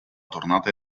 tornata